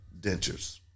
dentures